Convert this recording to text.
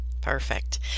perfect